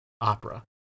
opera